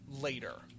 later